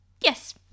Yes